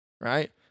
Right